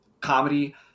comedy